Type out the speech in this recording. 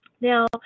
Now